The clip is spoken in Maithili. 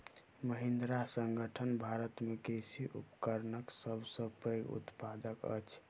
महिंद्रा संगठन भारत में कृषि उपकरणक सब सॅ पैघ उत्पादक अछि